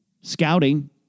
Scouting